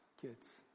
kids